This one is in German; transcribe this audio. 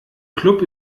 club